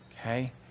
okay